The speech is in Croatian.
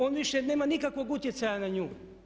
On više nema nikakvog utjecaja na nju?